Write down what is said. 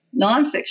Nonfiction